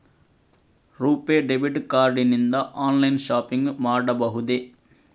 RuPay debit card ನಿಂದ online shopping ಮಾಡಬಹುದೇ?